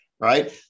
right